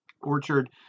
Orchard